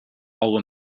all